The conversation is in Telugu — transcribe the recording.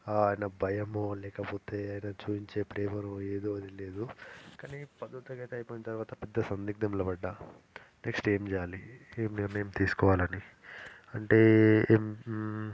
ఆయన భయమో లేకపోతే ఆయన చూపించే ప్రేమనో ఏదో తెలియదు కానీ పదో తరగతి అయిపోయిన తరువాత పెద్ద సందిగ్దంలో పడ్డాను నెక్స్ట్ ఏమి చేయాలి ఏమి నిర్ణయం తీసుకోవాలని అంటే